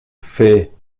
fait